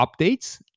updates